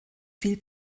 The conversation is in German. viel